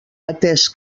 atès